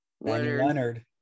Leonard